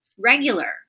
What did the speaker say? regular